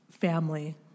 family